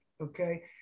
Okay